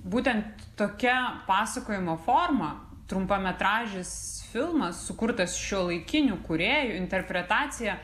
būtent tokia pasakojimo forma trumpametražis filmas sukurtas šiuolaikinių kūrėjų interpretacija